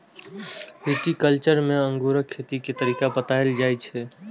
viticulture मे अंगूरक खेती के तरीका बताएल जाइ छै